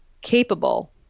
capable